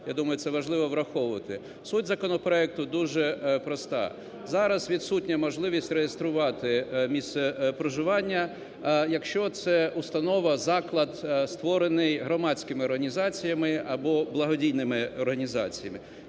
Я думаю, це важливо враховувати. Суть законопроекту дуже проста. Зараз відсутня можливість реєструвати місце проживання, якщо це установа, заклад, створений громадськими організаціями або благодійними організаціями.